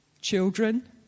children